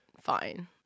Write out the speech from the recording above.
fine